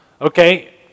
Okay